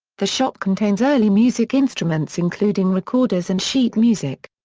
the shop contains early music instruments including recorders and sheet music.